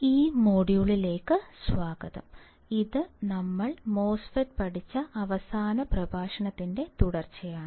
ഈ മൊഡ്യൂളിലേക്ക് സ്വാഗതം ഇത് നമ്മൾ മോസ്ഫെറ്റ് പഠിച്ച അവസാന പ്രഭാഷണത്തിന്റെ തുടർച്ചയാണ്